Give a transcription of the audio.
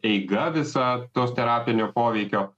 eiga visa tos terapinio poveikio